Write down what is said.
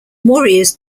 warriors